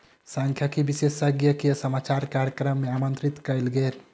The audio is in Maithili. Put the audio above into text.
सांख्यिकी विशेषज्ञ के समाचार कार्यक्रम मे आमंत्रित कयल गेल